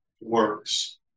Works